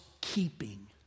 keeping